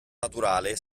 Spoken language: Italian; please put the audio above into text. naturale